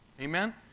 Amen